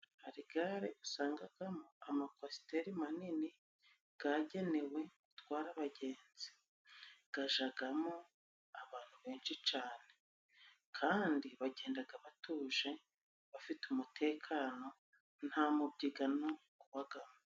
Hari gare usangagamo amakwasiteri manini gagenewe gutwara abagenzi ,gajagamo abantu benshi cane kandi bagendaga batuje bafite umutekano nta mubyigano gubagamo.